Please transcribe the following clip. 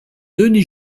denis